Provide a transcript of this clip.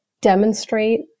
demonstrate